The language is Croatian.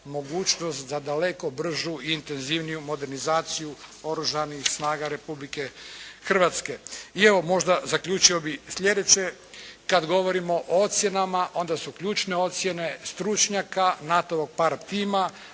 mogućnost za daleko bržu i intenzivniju modernizaciju Oružanih snaga Republike Hrvatske. I evo možda zaključio bih sljedeće. Kada govorimo ocjenama onda su ključne ocjene stručnjaka NATO-ovog tima.